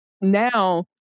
now